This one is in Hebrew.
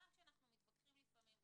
גם כשאנחנו מתווכחים לפעמים,